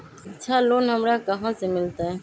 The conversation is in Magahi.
शिक्षा लोन हमरा कहाँ से मिलतै?